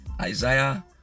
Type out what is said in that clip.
Isaiah